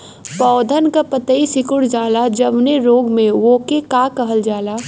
पौधन के पतयी सीकुड़ जाला जवने रोग में वोके का कहल जाला?